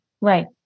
Right